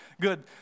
good